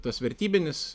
tas vertybinis